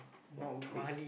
Batam